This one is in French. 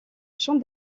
champ